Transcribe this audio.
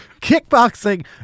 Kickboxing